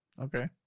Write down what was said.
Okay